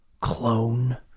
clone